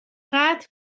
قطع